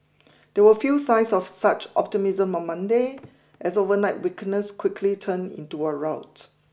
there were few signs of such optimism on Monday as overnight weakness quickly turned into a rout